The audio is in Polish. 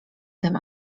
tym